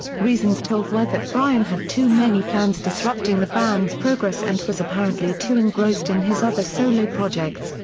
reasons told were that bryan had too many plans disrupting the band's progress and was apparently too engrossed in his other solo projects,